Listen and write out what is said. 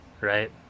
right